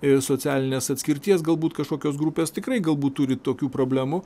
ir socialinės atskirties galbūt kažkokios grupės tikrai galbūt turi tokių problemų